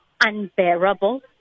unbearable